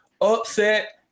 upset